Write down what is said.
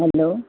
hello